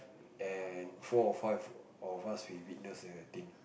and four or five of us we witness the thing